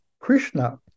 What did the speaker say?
Krishna